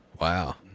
wow